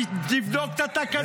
תפתח את התקנון.